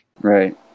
Right